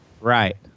Right